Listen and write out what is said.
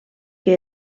que